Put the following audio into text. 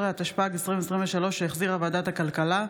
15), התשפ"ג 2023, שהחזירה ועדת הכלכלה.